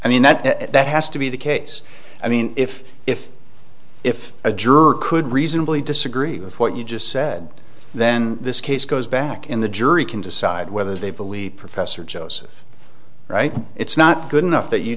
that that that has to be the case i mean if if if a juror could reasonably disagree with what you just said then this case goes back in the jury can decide whether they believe professor joseph right it's not good enough that you